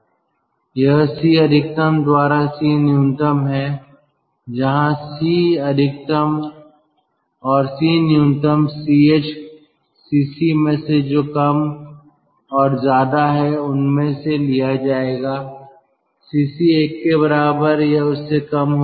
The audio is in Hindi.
यह C अधिकतम द्वारा C न्यूनतम है जहां C अधिकतम और C न्यूनतम Ch Cc में से जो कम और ज्यादा है उसमें से लिया जाएगा Cc 1 के बराबर या उससे कम होगा